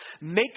make